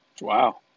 Wow